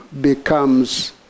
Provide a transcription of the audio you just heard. becomes